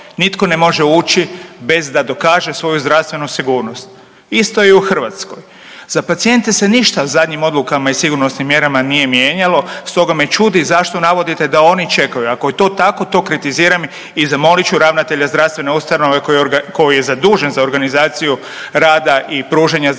nitko ne može ući bez da dokaže svoju zdravstvenu sigurnost. Isto je i u Hrvatskoj. Za pacijente se ništa zadnjim odlukama i sigurnosnim mjerama nije mijenjalo, stoga me čudi zašto navodite da oni čekaju. Ako je to tako, to kritiziram i zamolit ću ravnatelja zdravstvene ustanove koji je zadužen za organizaciju rada i pružanje zdravstvene